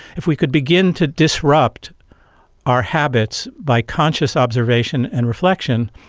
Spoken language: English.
if we could begin to disrupt our habits by conscious observation and reflection,